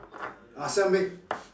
ah self make